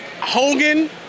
Hogan